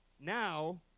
now